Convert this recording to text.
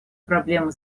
проблемы